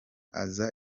aza